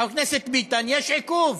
חבר הכנסת ביטן, יש עיכוב.